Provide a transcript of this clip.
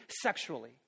sexually